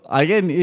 again